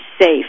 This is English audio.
safe